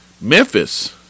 Memphis